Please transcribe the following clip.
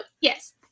yes